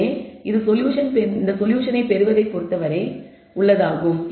எனவே இது சொல்யூஷன் பெறுவதைப் பொருத்தவரை உள்ளதாகும்